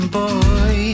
boy